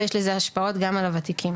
ויש לזה השפעות גם על הוותיקים.